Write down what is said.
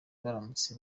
baramutse